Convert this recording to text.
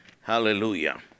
hallelujah